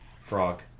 frog